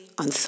on